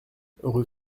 rue